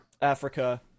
Africa